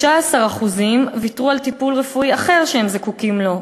16% ויתרו על טיפול רפואי אחר שהם זקוקים לו,